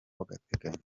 w’agateganyo